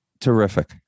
terrific